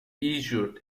issued